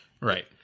Right